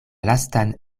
lastan